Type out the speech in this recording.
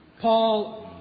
Paul